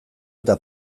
eta